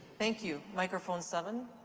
thank you. microphone seven?